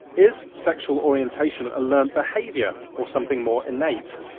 is sexual orientation a learned behaviour or something more innate?